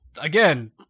again